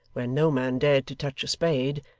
where no man dared to touch a spade,